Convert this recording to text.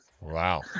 Wow